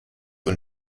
und